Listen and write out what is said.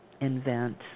invent